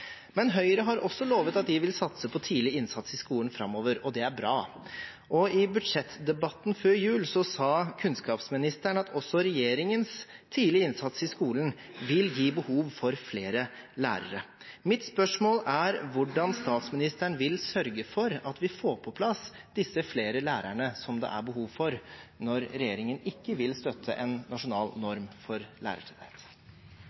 Høyre har også lovet at de vil satse på tidlig innsats i skolen framover, og det er bra. I budsjettdebatten før jul sa kunnskapsministeren at også regjeringens tidlige innsats i skolen vil gi behov for flere lærere. Mitt spørsmål er: Hvordan vil statsministeren sørge for at vi får på plass disse flere lærerne som det er behov for, når regjeringen ikke vil støtte en nasjonal